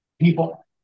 people